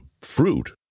fruit